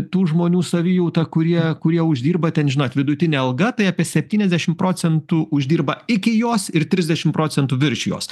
tų žmonių savijauta kurie kurie uždirba ten žinot vidutinė alga tai apie septyniasdešimt procentų uždirba iki jos ir trisdešimt procentų virš jos